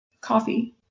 coffee